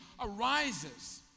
arises